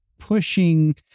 pushing